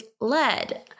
lead